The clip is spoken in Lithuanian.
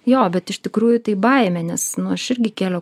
jo bet iš tikrųjų tai baimė nes nu aš irgi kėliau